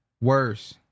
Worse